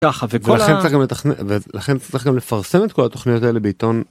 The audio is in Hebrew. ככה, ולכן צריך גם לפרסם את כל התוכניות האלה בעיתון